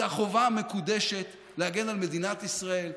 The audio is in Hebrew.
זה החובה המקודשת להגן על מדינת ישראל,